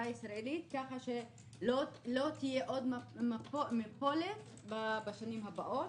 הישראלית ככה שלא תהיה עוד מפולת בשנים הבאות?